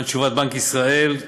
להלן תשובת בנק ישראל: